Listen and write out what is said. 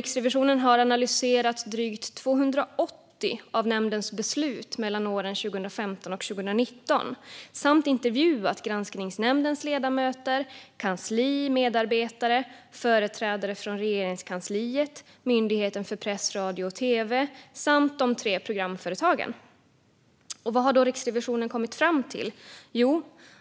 Riksrevisionen har analyserat drygt 280 av nämndens beslut år 2015-2019 samt intervjuat granskningsnämndens ledamöter, kansli och medarbetare, företrädare från Regeringskansliet, Myndigheten för press, radio och tv samt de tre programföretagen. Vad har då Riksrevisionen kommit fram till?